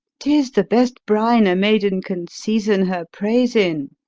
tis the best brine a maiden can season her praise in.